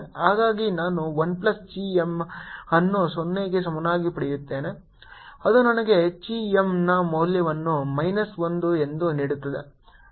ಹಾಗಾಗಿ ನಾನು 1 plus Chi M ಅನ್ನು 0 ಗೆ ಸಮನಾಗಿ ಪಡೆಯುತ್ತೇನೆ ಅದು ನನಗೆ chi M ನ ಮೌಲ್ಯವನ್ನು ಮೈನಸ್ 1 ಎಂದು ನೀಡುತ್ತದೆ